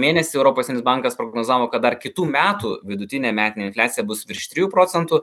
mėnesį europos bankas prognozavo kad dar kitų metų vidutinė metinė infliacija bus virš trijų procentų